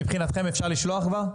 מבחינתכם אפשר לשלוח כבר?